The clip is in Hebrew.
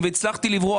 תסבירי לנו מה ההבדל.